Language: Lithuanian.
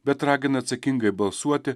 bet ragina atsakingai balsuoti